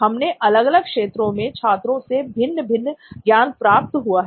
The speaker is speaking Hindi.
हमें अलग अलग क्षेत्रों के छात्रों से भिन्न भिन्न ज्ञान प्राप्त हुआ है